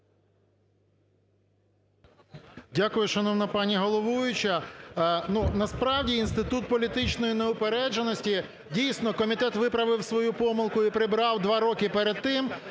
Дякую, шановна пані головуюча. Ну, насправді інститут політичної неупередженості, дійсно, комітет виправив свою помилку – і прибрав два роки перед тим,